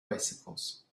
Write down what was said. bicycles